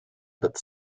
but